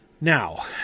Now